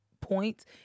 points